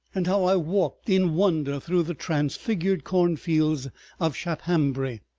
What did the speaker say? and how i walked in wonder through the transfigured cornfields of shaphambury.